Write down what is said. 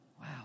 wow